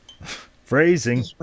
Phrasing